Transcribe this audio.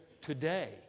today